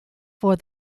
for